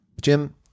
Jim